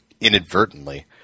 inadvertently